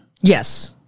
Yes